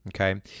Okay